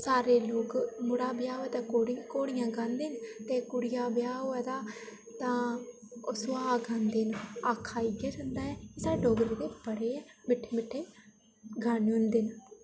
सारे लोक मुड़े दा ब्याह् होऐ तां घोड़ियां गांंदे न ते कुड़ियें दा ब्याह् होआ तां ओह् सुहाग गांदे न आखेआ इ'यां जंदा ऐ साढ़े डोगरी दे बड़े गै मिट्ठे मिट्ठे गाने होंदे न